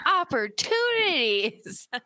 opportunities